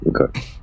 Okay